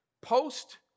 post-